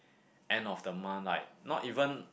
end of the month like not even